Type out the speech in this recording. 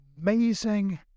amazing